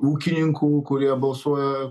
ūkininkų kurie balsuoja